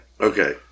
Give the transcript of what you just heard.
Okay